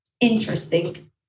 interesting